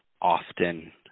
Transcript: often